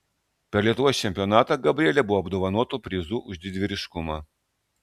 per lietuvos čempionatą gabrielė buvo apdovanota prizu už didvyriškumą